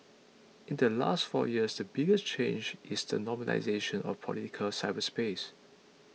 in the last four years the biggest change is the normalisation of political cyberspace